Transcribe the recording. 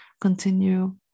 Continue